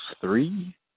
three